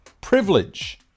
privilege